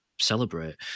celebrate